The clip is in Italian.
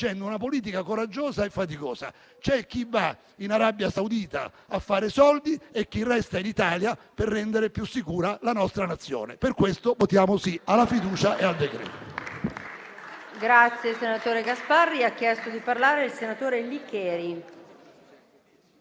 C'è chi va in Arabia Saudita a fare soldi e chi resta in Italia per rendere più sicura la nostra Nazione. Per questo votiamo sì alla fiducia e al decreto-legge